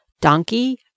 Donkey